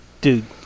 dude